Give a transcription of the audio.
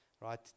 Right